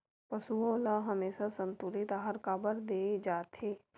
पशुओं ल हमेशा संतुलित आहार काबर दे जाथे?